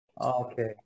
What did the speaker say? Okay